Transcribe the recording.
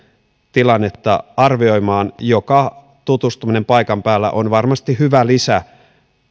tilannetta arvioimaan joka tutustuminen paikan päällä on varmasti hyvä lisä